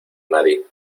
nadie